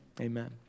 amen